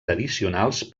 addicionals